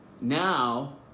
Now